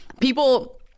People